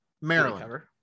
Maryland